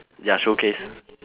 ya showcase